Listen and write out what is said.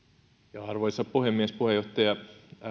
arvoisa puhemies puheenjohtaja